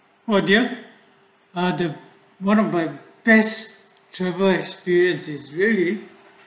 what do you do one of the best travel experience is really